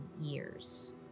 years